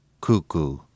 cuckoo